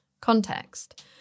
context